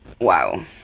Wow